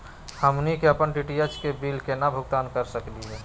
हमनी के अपन डी.टी.एच के बिल केना भुगतान कर सकली हे?